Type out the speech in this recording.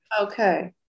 Okay